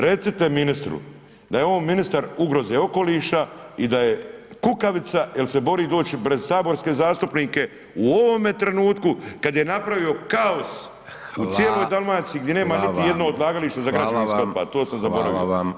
Recite ministru da je on ministar ugroze okoliša i da je kukavica jer se boji doći pred saborske zastupnike u ovome trenutku kad ne napravio kaos u cijeloj Dalmaciji gdje nema niti jedno odlagalište za građevinski otpad, to sam zaboravio